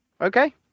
Okay